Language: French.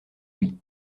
lui